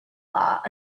that